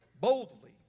Boldly